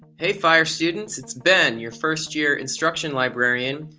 hey fire students, it's ben, your first year instruction librarian,